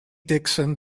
dixon